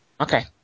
Okay